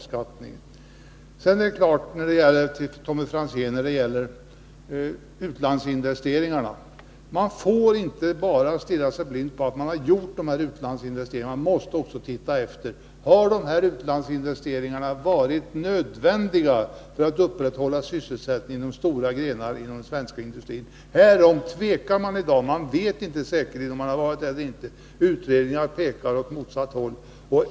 Sedan vill jag säga till Tommy Franzén beträffande utlandsinvesteringarna att man inte bara får stirra sig blind på att dessa utlandsinvesteringar har gjorts. Man måste också se efter om utlandsinvesteringarna har varit nödvändiga för att upprätthålla sysselsättningen inom stora grenar av den svenska industrin. Härom tvekar man i dag. Man vet inte säkert om de har varit det. Utredningar har pekat åt motsatt håll.